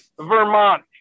Vermont